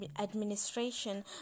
administration